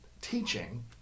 teaching